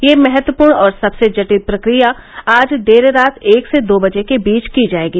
ये महत्वपूर्ण और सबसे जटिल प्रक्रिया आज देर रात एक से दो बजे के बीच की जाएगी